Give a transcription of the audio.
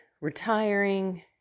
retiring